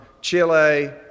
Chile